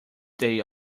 day